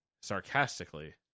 Sarcastically